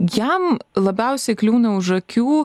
jam labiausiai kliūna už akių